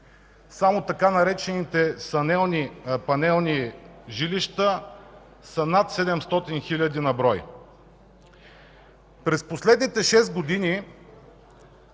Само така наречените „панелни жилища” са над 700 хиляди на брой. През последните шест години